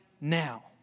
now